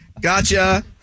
Gotcha